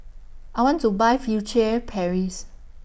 I want to Buy Furtere Paris